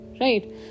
right